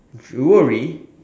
jewelry